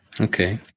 Okay